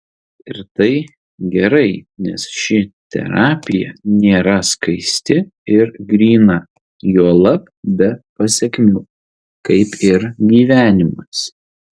ir tai gerai nes ši terapija nėra skaisti ir gryna juolab be pasekmių kaip ir gyvenimas